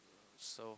so